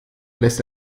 lässt